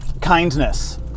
kindness